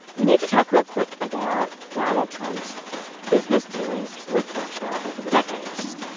we need to talk real quick about donald trump's business dealings with russia over the decades.